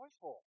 joyful